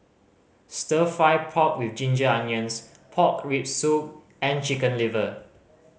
Stir Fry pork with ginger onions pork rib soup and Chicken Liver